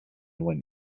when